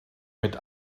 mit